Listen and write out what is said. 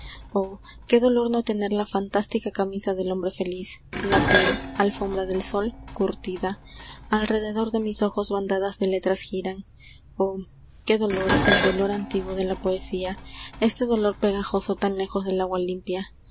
oh que dolor no tener l a fantástica camisa del hombre feliz la piel alfombra del sol curtida alrededor de mis ojos bandadas de letras giran oh que dolor el dolor antiguo de la poesía e ste dolor pegajoso tan lejos del agua limpia